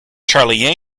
charlie